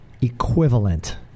equivalent